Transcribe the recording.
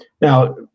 Now